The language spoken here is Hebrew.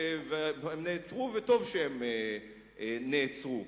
וטוב שהם נעצרו.